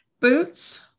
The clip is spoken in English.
Boots